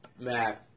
Math